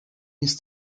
his